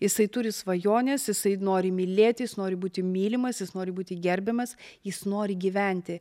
jisai turi svajones jisai nori mylėti jis nori būti mylimas jis nori būti gerbiamas jis nori gyventi